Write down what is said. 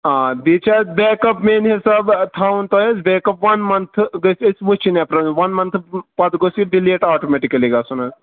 آ بیٚیہِ چھُ اَتھ بیک اَپ میٛانہِ حِسابہٕ تھاوُن تۄہہِ حظ بیک اَپ وَن مَنتھٕ گٔژھۍ أسۍ وُچھِنۍ اپریل وَن مَنتھٕ پَتہٕ گوٚژھ یہِ ڈِلیٖٹ آٹومیٹکٕلی گژھُن حظ